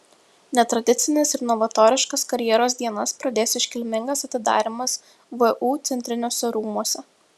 netradicines ir novatoriškas karjeros dienas pradės iškilmingas atidarymas vu centriniuose rūmuose